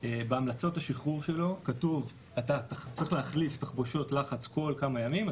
ובהמלצות השחרור שלו כתוב שהוא צריך להחליף תחבושות לחץ כל כמה ימים,